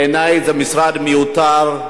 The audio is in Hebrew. בעיני זה משרד מיותר,